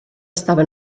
estava